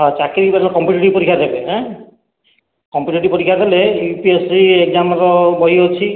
ଓ ଚାକିରୀ କରିବେ କମ୍ପିଟିଟିଭ୍ ପରୀକ୍ଷା ଦେବେ ହେଁ କମ୍ପିଟିଟିଭ୍ ପରୀକ୍ଷା ଦେଲେ U P S C exam ର ବହି ଅଛି